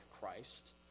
Christ